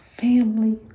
family